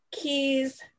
keys